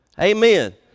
Amen